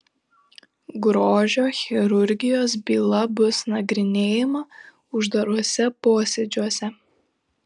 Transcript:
grožio chirurgijos byla bus nagrinėjama uždaruose posėdžiuose